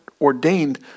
ordained